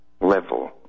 level